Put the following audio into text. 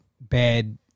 bad